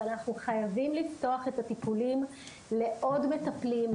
אבל אנחנו חייבים לפתוח את הטיפולים לעוד מטפלים,